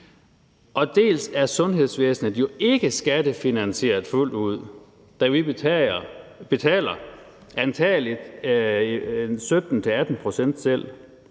Så er sundhedsvæsenet jo ikke skattefinansieret fuldt ud, da vi betaler antagelig 17-18 pct.